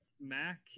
Mac